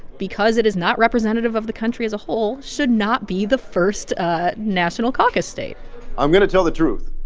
because it is not representative of the country as a whole, should not be the first national caucus state i'm going to tell the truth.